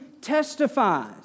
testifies